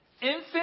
infant